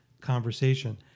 conversation